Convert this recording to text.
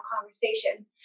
conversation